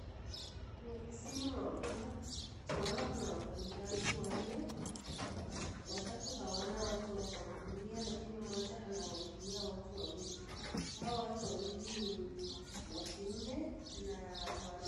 Ofisini mwa huduma tunaona kuna wafanyikazi wanne watatu hawana watu wa kuwahudumia lakini mmoja anawahudumia watu wawili ,hawa watu wawili ni wa kiume.